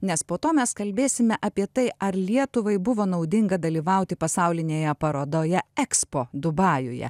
nes po to mes kalbėsime apie tai ar lietuvai buvo naudinga dalyvauti pasaulinėje parodoje ekspo dubajuje